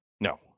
no